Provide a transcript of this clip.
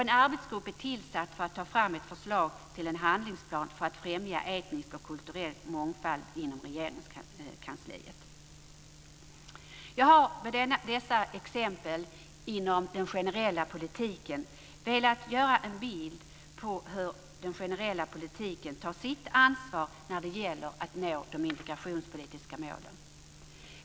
En arbetsgrupp är tillsatt för att ta fram ett förslag till en handlingsplan för att främja etnisk och kulturell mångfald inom Jag har med dessa exempel velat ge en bild av hur den generella politiken tar sitt ansvar när det gäller att nå de integrationspolitiska målen.